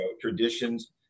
traditions